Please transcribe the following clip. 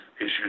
issues